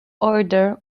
order